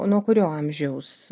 nuo kurio amžiaus